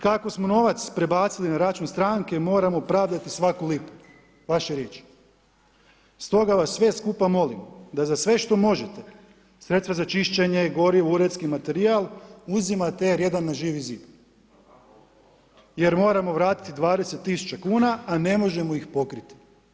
Kako smo novac prebacili na račun stranke, moramo pravdati svaku lipu, vaše riječi, stoga vas sve skupa molim, da za sve što možete, sredstva za čišćenje, gorivo, uredski materijal, uzimate R1 na Živi zid, jer moramo vratiti 20000 kuna a ne možemo ih pokriti.